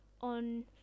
on